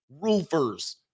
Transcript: roofers